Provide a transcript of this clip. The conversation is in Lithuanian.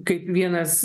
kaip vienas